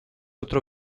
otro